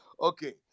Okay